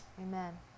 Amen